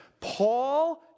Paul